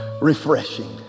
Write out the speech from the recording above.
Refreshing